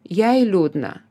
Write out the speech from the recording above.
jai liūdna